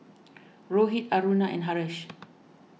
Rohit Aruna and Haresh